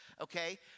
okay